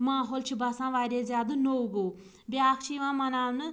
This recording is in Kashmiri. ماحول چھُ باسان واریاہ زیادٕ نوٚو گوٚو بیٛاکھ چھُ یوان مناونہٕ